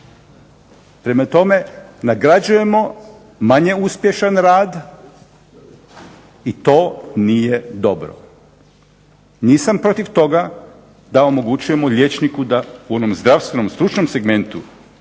Prema tome, nagrađujemo manje uspješan rad i to nije dobro. Nisam protiv toga da omogućujemo liječniku da u onom zdravstvenom stručnom segmentu